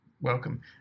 Welcome